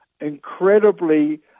incredibly